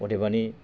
अदेबानि